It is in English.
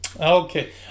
Okay